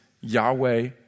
Yahweh